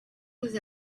was